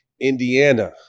Indiana